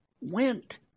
went